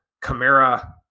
camara